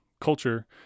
culture